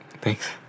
Thanks